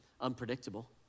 unpredictable